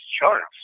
charts